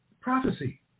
Prophecy